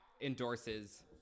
endorses